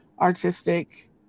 artistic